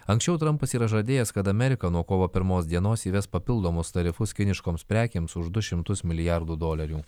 anksčiau trampas yra žadėjęs kad amerika nuo kovo pirmos dienos įves papildomus tarifus kiniškoms prekėms už du šimtus milijardų dolerių